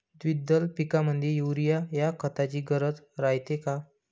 द्विदल पिकामंदी युरीया या खताची गरज रायते का?